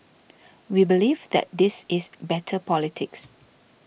we believe that this is better politics